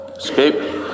escape